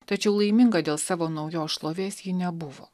tačiau laiminga dėl savo naujos šlovės ji nebuvo